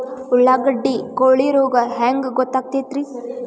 ಉಳ್ಳಾಗಡ್ಡಿ ಕೋಳಿ ರೋಗ ಹ್ಯಾಂಗ್ ಗೊತ್ತಕ್ಕೆತ್ರೇ?